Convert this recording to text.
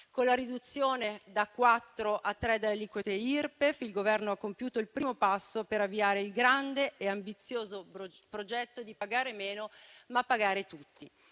Con la riduzione da quattro a tre delle aliquote Irpef, il Governo ha compiuto il primo passo per avviare il grande e ambizioso progetto di pagare meno, ma pagare tutti.